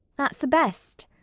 that's the best.